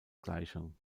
gleichung